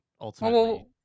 ultimately